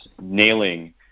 nailing